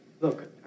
Look